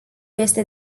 este